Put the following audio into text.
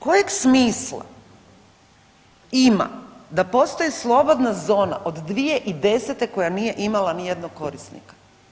Kojeg smisla ima da postoji slobodna zona od 2010. koja nije imala nijednog korisnika?